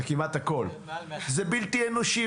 זה בלתי-אנושי.